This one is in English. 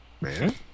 Man